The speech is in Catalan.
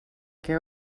que